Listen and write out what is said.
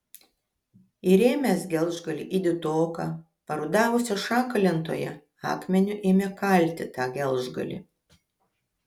įrėmęs gelžgalį į didoką parudavusią šaką lentoje akmeniu ėmė kalti tą gelžgalį